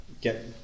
get